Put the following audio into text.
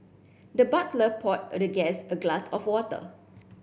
the butler poured the guest a glass of water